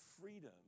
freedom